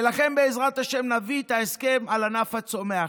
ולכם, בעזרת השם, נביא את ההסכם על ענף הצומח.